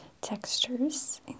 textures